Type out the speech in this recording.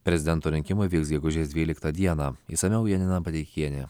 prezidento rinkimai vyks gegužės dvuliktą dieną išsamiau janina badeichienė